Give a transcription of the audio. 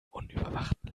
unüberwachten